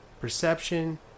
perception